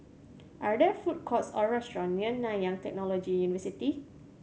are there food courts or restaurants near Nanyang Technological University